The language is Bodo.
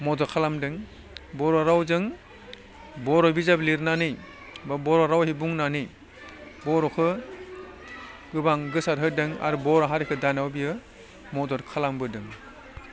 मदद खालामदों बर' रावजों बर' बिजाब लिरनानै बा बर' रावै बुंनानै बर'खौ गोबां गोसारहोदों आरो बर' हारिखौ दानायाव बियो मदद खालामबोदों